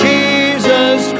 Jesus